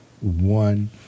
one